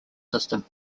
system